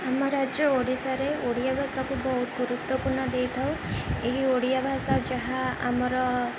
ଆମ ରାଜ୍ୟ ଓଡ଼ିଶାରେ ଓଡ଼ିଆ ଭାଷାକୁ ବହୁତ ଗୁରୁତ୍ୱପୂର୍ଣ୍ଣ ଦେଇଥାଉ ଏହି ଓଡ଼ିଆ ଭାଷା ଯାହା ଆମର